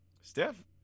Steph